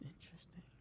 interesting